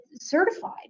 certified